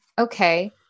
okay